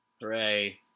Hooray